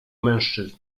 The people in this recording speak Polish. mężczyzn